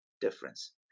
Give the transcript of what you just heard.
difference